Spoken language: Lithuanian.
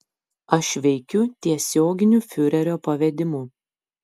aš veikiu tiesioginiu fiurerio pavedimu